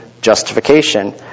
justification